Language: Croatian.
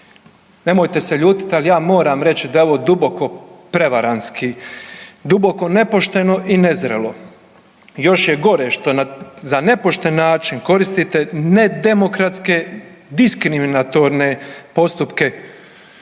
Nemojte se ljutiti, al ja moram reći da je ovo duboko prevarantski, duboko nepošteno i nezrelo. Još je gore što za nepošten način koristite nedemokratske diskriminatorne postupke.